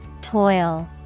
Toil